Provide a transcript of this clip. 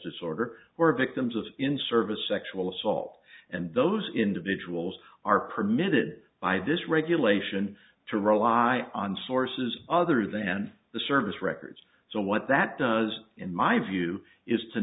disorder or victims of in service sexual assault and those individuals are permitted by this regulation to rely on sources other than the service records so what that does in my view is to